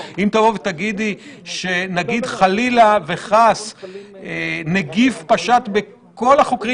אם תגידי שחלילה וחס הנגיף פשט בכל החוקרים